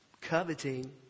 coveting